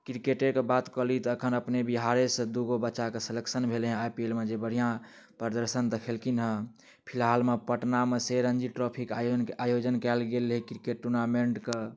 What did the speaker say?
क्रिकेटेके बात कऽ ली तऽ अखन अपने बिहारे सँ दुगो बच्चा के सेलेक्शन भेलैया आइ पी एल मे जे बढ़िऑं प्रदर्शन दखेलखिन हँ फिलहाल मे पटना मे से रणजीत ट्रॉफी के आयो आयोजन कयल गेल रहै क्रिकेट टुर्नामेन्ट के